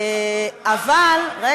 אבל, לא.